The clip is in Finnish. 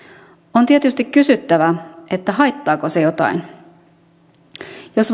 on tietysti kysyttävä haittaako se jotain jos